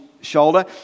shoulder